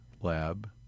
lab